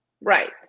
Right